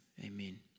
amen